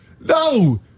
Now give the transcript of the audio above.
No